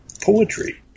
poetry